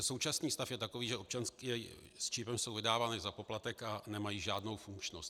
Současný stav je takový, že občanky s čipem jsou vydávány za poplatek a nemají žádnou funkčnost.